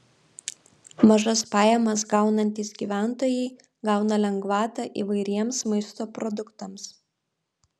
mažas pajamas gaunantys gyventojai gauna lengvatą įvairiems maisto produktams